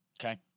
Okay